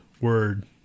word